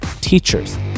teachers